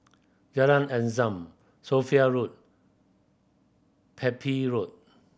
Jalan Azam Sophia Road Pepy Road